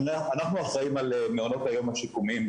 אנחנו אחראים על מעונות היום השיקומיים.